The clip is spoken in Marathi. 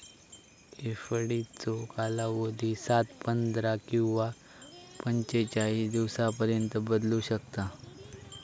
एफडीचो कालावधी सात, पंधरा किंवा पंचेचाळीस दिवसांपर्यंत बदलू शकता